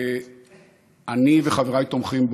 ואני וחבריי תומכים בו.